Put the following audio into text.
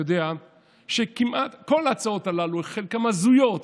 הוא יודע שכל ההצעות הללו, חלקן הזויות,